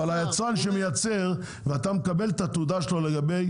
אבל היצרן שמייצר את המוצר ואתה מקבל את התעודה שלו לגבי